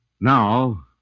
Now